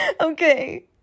Okay